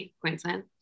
Queensland